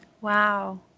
Wow